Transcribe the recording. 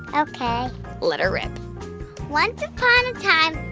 ok let her rip once upon a time,